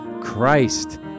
Christ